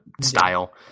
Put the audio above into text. style